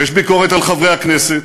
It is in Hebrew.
יש ביקורת על חברי הכנסת.